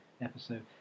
episode